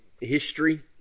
history